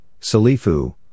Salifu